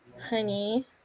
Honey